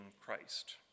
Christ